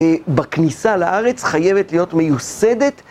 בכניסה לארץ חייבת להיות מיוסדת